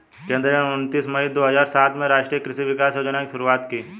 केंद्र ने उनतीस मई दो हजार सात में राष्ट्रीय कृषि विकास योजना की शुरूआत की